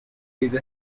ریز